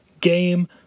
game